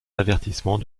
avertissements